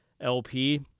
LP